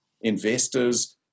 investors